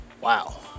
Wow